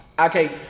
okay